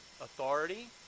authority